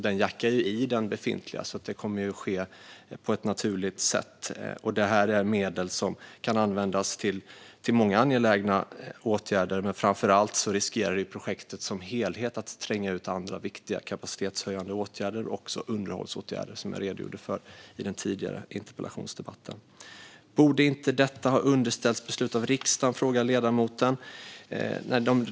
Den jackar i den befintliga, så det här kommer att ske på ett naturligt sätt. Det handlar om medel som kan användas till många angelägna åtgärder. Men framför allt riskerar projektet som helhet att tränga ut andra viktiga kapacitetshöjande åtgärder, också underhållsåtgärder, vilket jag redogjorde för i den tidigare interpellationsdebatten. Ledamoten frågar om detta inte borde ha underställts riksdagen för beslut.